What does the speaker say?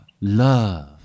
love